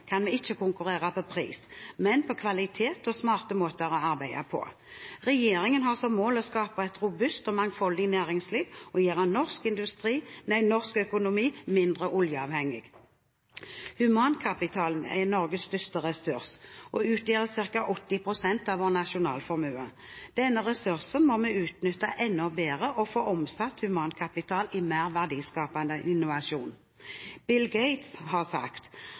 kan vi ikke konkurrere på pris, men på kvalitet og smarte måter å arbeide på. Regjeringen har som mål å skape et robust og mangfoldig næringsliv og å gjøre norsk økonomi mindre oljeavhengig. Humankapitalen er Norges største ressurs og utgjør ca. 80 pst. av vår nasjonalformue. Denne ressursen må vi utnytte enda bedre og få omsatt humankapitalen i mer verdiskapende innovasjon. Bill Gates har sagt: